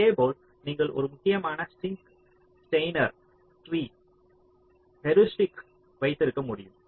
இதேபோல் நீங்கள் ஒரு முக்கியமான சிங்க் ஸ்டெய்னர் ட்ரீ ஹூரிஸ்டிக் வைத்திருக்க முடியும்